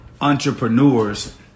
entrepreneurs